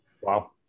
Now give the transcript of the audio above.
Wow